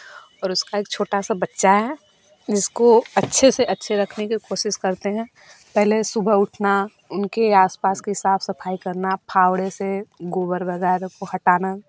और उसका एक छोटा सा बच्चा है जिसको अच्छे से अच्छे रखने की कोशिश करते हैं पहले सुबह उठना उनके आस पास की साफ़ सफ़ाई करना फावड़े से गोबर वगैरह को हटाना